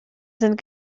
sind